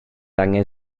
angen